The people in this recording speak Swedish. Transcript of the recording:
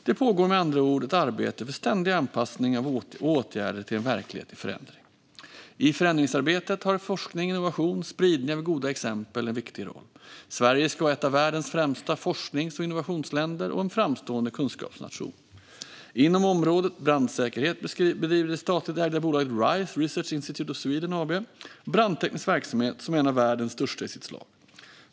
Det pågår med andra ord ett arbete med ständig anpassning till och åtgärder för en verklighet i förändring. I förändringsarbetet har forskning, innovation och spridning av goda exempel en viktig roll. Sverige ska vara ett av världens främsta forsknings och innovationsländer och en framstående kunskapsnation. Inom området brandsäkerhet bedriver det statligt ägda bolaget Rise, Research Institutes of Sweden AB, brandteknisk verksamhet som är en av världens största i sitt slag.